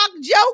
joke